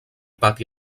pati